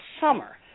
summer